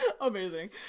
amazing